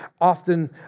often